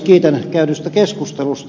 kiitän käydystä keskustelusta